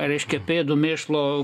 reiškia pėdų mėšlo